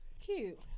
cute